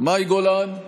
מאי גולן,